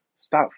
Stop